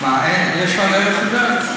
יש לנו ארץ נהדרת?